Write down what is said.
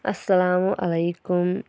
اَسَلامُ علیکُم